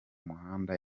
muhanda